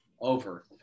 over